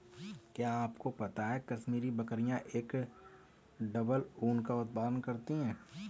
क्या आपको पता है कश्मीरी बकरियां एक डबल ऊन का उत्पादन करती हैं?